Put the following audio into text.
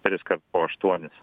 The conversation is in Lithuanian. triskart po aštuonis